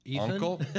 uncle